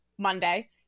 Monday